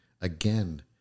again